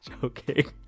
Joking